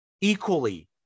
equally